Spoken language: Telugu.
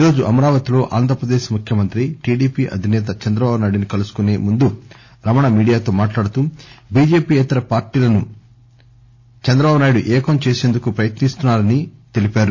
ఈరోజు అమరావతిలో ఆంధ్రప్రదేశ్ ముఖ్యమంత్రి టీడీపీ అధినేత చంద్రబాబునాయుడిని కలుసుకునే ముందు రమణ మీడియాతో మాట్లాడుతూ బీజేపీయేతర పార్వీలను చంద్రబాబునాయుడు ఏకం చేసేందుకు ప్రయత్ని స్తున్నా రని అన్నారు